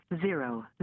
zero